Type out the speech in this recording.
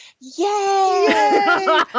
yay